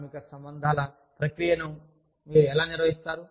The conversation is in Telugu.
కార్మిక సంబంధాల ప్రక్రియను మీరు ఎలా నిర్వహిస్తారు